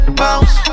bounce